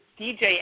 DJ